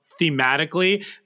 thematically